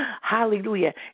Hallelujah